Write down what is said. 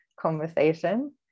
conversation